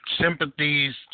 sympathies